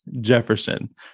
Jefferson